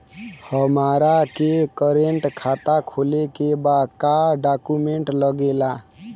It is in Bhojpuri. हमारा के करेंट खाता खोले के बा का डॉक्यूमेंट लागेला?